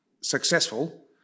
successful